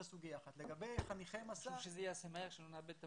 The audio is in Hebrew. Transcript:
ישבתי לפני שבוע